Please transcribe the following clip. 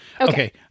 Okay